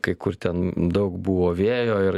kai kur ten daug buvo vėjo ir